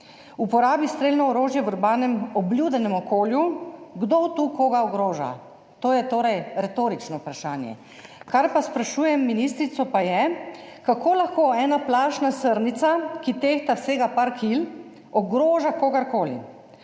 uporabi strelno orožje v urbanem obljudenem okolju? Kdo tu koga ogroža, je torej retorično vprašanje. Kar pa sprašujem ministrico, pa je: Kako lahko ena plašna srnica, ki tehta vsega par kil, kogar koli